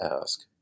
ask